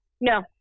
No